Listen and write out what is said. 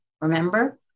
Remember